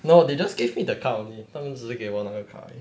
no they just give me the card only 他们只是给我卡而已